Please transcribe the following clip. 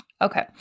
Okay